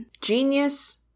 Genius